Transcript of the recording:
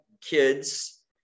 kids